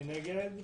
מי נגד?